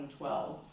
2012